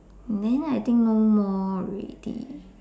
then I think no more already